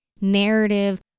narrative